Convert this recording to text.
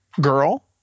girl